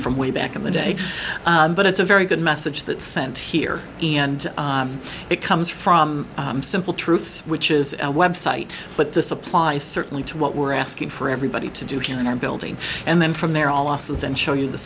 from way back in the day but it's a very good message that sent here and it comes from simple truths which is a website but this applies certainly to what we're asking for everybody to do here in our building and then from there all awesome and show you the